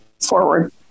forward